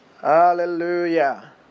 Hallelujah